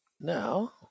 now